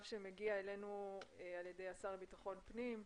שמגיע אלינו על ידי השר לביטחון פנים,